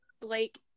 Blake